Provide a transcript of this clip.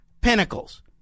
pinnacles